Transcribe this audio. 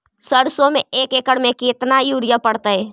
सरसों में एक एकड़ मे केतना युरिया पड़तै?